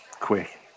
quick